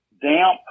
damp